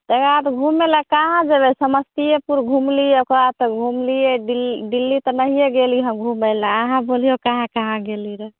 ताहि के बाद घुमय लए कहाँ जेबै समस्तीपुर घुमलियै ओकर बाद तऽ घुमलियै दिल्ली दिल्ली तऽ नहिएँ गेली हम घूमे लए आहाँ बोलिऔ काहाँ काहाँ गेली रऽ